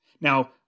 Now